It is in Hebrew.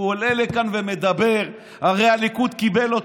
הוא עולה לכאן ומדבר, הרי הליכוד קיבל אותו,